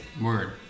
Word